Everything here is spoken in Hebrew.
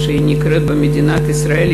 כמו שהיא נקראת במדינת ישראל,